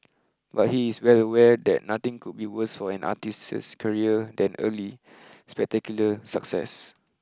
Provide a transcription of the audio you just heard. but he is well aware that nothing could be worse for an artist's career than early spectacular success